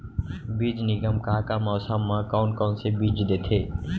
बीज निगम का का मौसम मा, कौन कौन से बीज देथे?